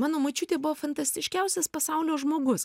mano močiutė buvo fantastiškiausias pasaulio žmogus